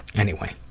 anyway,